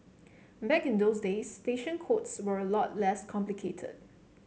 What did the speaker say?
back in those days station codes were a lot less complicated